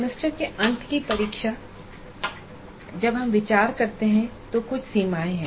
semester के अंत की परीक्षा जब हम विचार करते हैं तो कुछ सीमाएं हैं